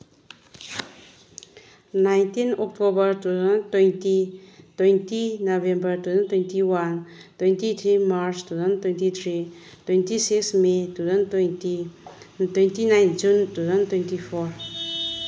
nineteen October two thousand twenty twenty November two thousand twenty one twenty three March two thousand twenty three twenty six may two thousand twenty twenty nine June two thousand twenty four